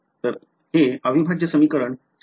तर हे अविभाज्य समीकरण सर्वांनाच आठवते